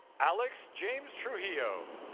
alex james trujillo.